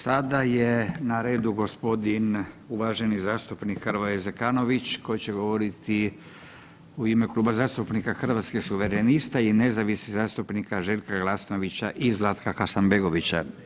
Sada je na redu gospodin uvaženi zastupnik Hrvoje Zekanović koji će govoriti u ime Kluba zastupnika Hrvatskih suverenista i nezavisnih zastupnika Željka Glasnovića i Zlatka Hasanbegovića.